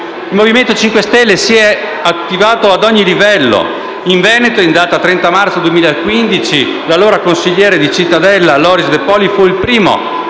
Il Movimento 5 stelle si è attivato ad ogni livello. In Veneto in data 30 marzo 2015 l'allora consigliere di Cittadella Loris De Poli fu il primo